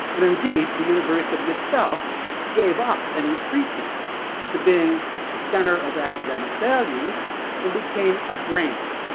and indeed the university itself gave up any pretence to being a centre of academic values and became a brand,